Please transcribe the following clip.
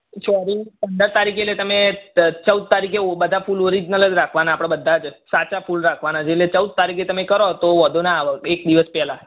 ચૌદ પંદર તારીખે એટલે તમે ચૌદ તારીખે ઓ બધા ફૂલ ઓરિજિનલ જ રાખવાનાં આપણે બધા જ સાચાં ફૂલ રાખવાનાં છે એટલે તમે ચૌદ તારીખે તમે કરો તો વાંધો ના આવે એક દિવસ પહેલાં